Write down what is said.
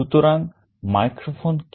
সুতরাং microphone কি